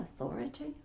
authority